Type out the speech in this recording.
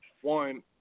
One